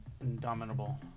indomitable